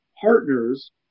Partners